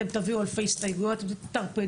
אתם תביאו אלפי הסתייגויות ותטרפדו.